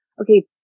okay